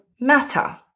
matter